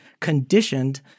conditioned